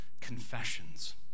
confessions